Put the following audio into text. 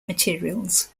materials